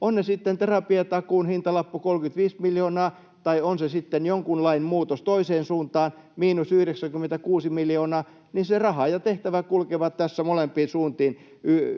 on se sitten terapiatakuun hintalappu 35 miljoonaa, tai on se sitten jonkun lain muutos toiseen suuntaan, miinus 96 miljoonaa, niin se raha ja tehtävä kulkevat tässä molempiin suuntiin